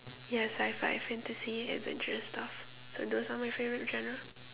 yes sci-fi fantasy adventurous stuff so those are my favourite genre